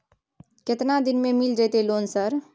केतना दिन में मिल जयते लोन सर?